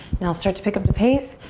now start to pick up the pace.